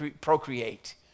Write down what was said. procreate